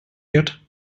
yet